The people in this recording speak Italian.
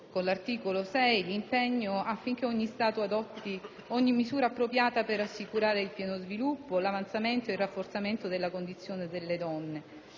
con l'articolo 6, l'impegno affinché ogni Stato adotti ogni misura appropriata per assicurare il pieno sviluppo, l'avanzamento e il rafforzamento della loro condizione.